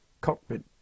cockpit